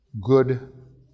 good